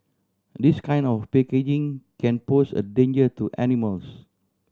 this kind of packaging can pose a danger to animals